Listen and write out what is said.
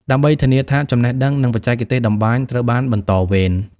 ដើម្បីធានាថាចំណេះដឹង និងបច្ចេកទេសតម្បាញត្រូវបានបន្តវេន។